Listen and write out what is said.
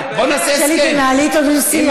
שלי, תנהלי איתו דו-שיח.